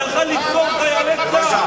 לתת לה צל"ש שהיא הלכה לדקור חיילי צה"ל,